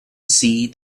see